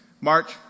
March